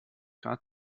grad